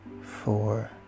four